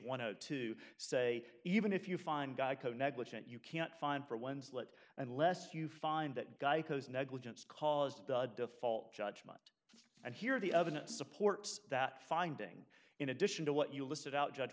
and two say even if you find geico negligent you can't find for ones that unless you find that geico negligence caused the default judgment and hear the evidence supports that finding in addition to what you listed out judge